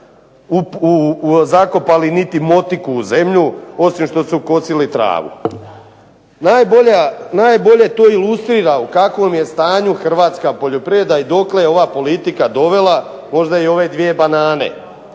zakopali niti motiku u zemlju, osim što su kosili travu. Najbolje to ilustrira u kakvom je stanju hrvatska poljoprivreda i dokle je ova politika dovela, možda i ove dvije banane.